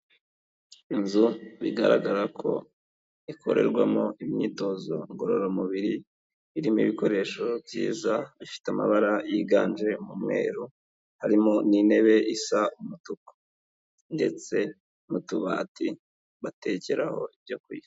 Inzu bigaragara ko ikorerwamo imyitozo ngororamubiri, irimo ibikoresho byiza bifite amabara yiganje mu mweru, harimo n'intebe isa umutuku. Ndetse n'utubati batekeho ibyo kurya.